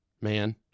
man